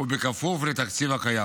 ובכפוף לתקציב הקיים.